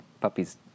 puppies